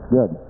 Good